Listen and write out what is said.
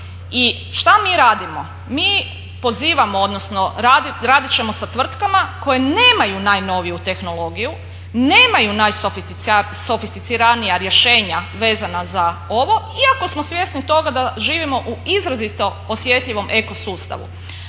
šta mi radimo? Mi pozivamo odnosno radit ćemo sa tvrtkama koje nemaju najnoviju tehnologiju, nemaju najsofisticiranija rješenja vezana za ovo iako smo svjesni toga da živimo u izrazito osjetljivom eko sustavu,